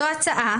זו הצעה